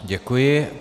Děkuji.